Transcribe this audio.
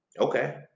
Okay